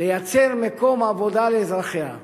לייצר מקום עבודה לאזרחיה?